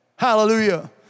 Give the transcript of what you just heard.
Hallelujah